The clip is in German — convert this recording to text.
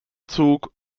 zug